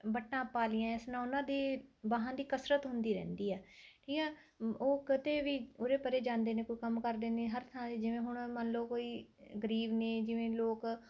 ਵੱਟਾਂ ਪਾ ਲਈਆਂ ਇਸ ਨਾਲ ਉਨ੍ਹਾਂ ਦੀ ਬਾਹਾਂ ਦੀ ਕਸਰਤ ਹੁੰਦੀ ਰਹਿੰਦੀ ਹੈ ਠੀਕ ਹੈ ਉਹ ਕਦੇ ਵੀ ਉਰੇ ਪਰੇ ਜਾਂਦੇ ਨੇ ਕੋਈ ਕੰਮ ਕਰਦੇ ਨੇ ਹਰ ਥਾਂ ਜਿਵੇਂ ਹੁਣ ਮੰਨ ਲਉ ਕੋਈ ਗਰੀਬ ਨੇ ਜਿਵੇਂ ਲੋਕ